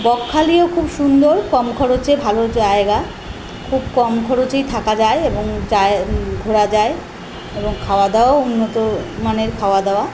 বকখালিও খুব সুন্দর কম খরচে ভালো জায়গা খুব কম খরচেই থাকা যায় এবং যায় ঘোরা যায় এবং খাওয়া দাওয়াও উন্নত মানের খাওয়া দাওয়া